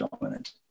dominant